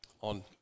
on